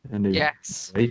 yes